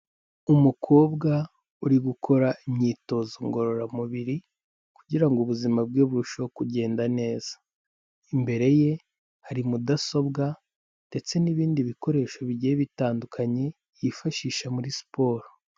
Umukobwa uri gukora imyitozo ngororamubiri, kugira ngo ubuzima bwe burusheho kugenda neza, imbere ye hari mudasobwa, ndetse n'ibindi bikoresho bigiye bitandukanye yifashisha muri siporo.